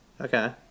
Okay